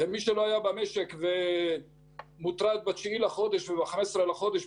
מי שלא היה במשק ומוטרד מה-9 לחודש ומה-15 לחודש,